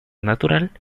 natural